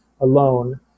alone